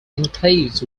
enclaves